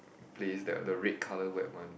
place that the red colour wet one